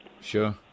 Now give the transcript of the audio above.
Sure